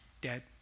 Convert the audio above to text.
dead